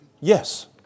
Yes